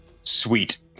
Sweet